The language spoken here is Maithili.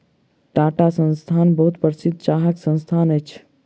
टाटा संस्थान बहुत प्रसिद्ध चाहक संस्थान अछि